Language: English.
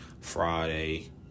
Friday